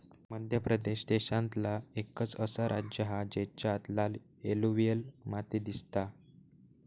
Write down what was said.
मध्य प्रदेश देशांतला एकंच असा राज्य हा जेच्यात लाल एलुवियल माती दिसता